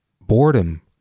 boredom